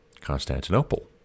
Constantinople